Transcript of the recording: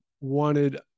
wanted